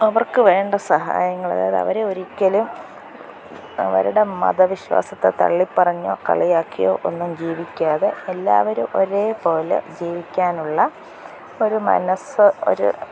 അവർക്ക് വേണ്ട സഹായങ്ങൾ അതായത് അവരെ ഒരിക്കലും അവരുടെ മതവിശ്വാസത്തെ തള്ളിപ്പറഞ്ഞോ കളിയാക്കിയോ ഒന്നും ജീവിക്കാതെ എല്ലാവരും ഒരേപോലെ ജീവിക്കാനുള്ള ഒരു മനസ്സ് ഒരു